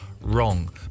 wrong